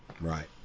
Right